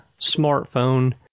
smartphone